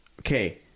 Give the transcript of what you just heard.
okay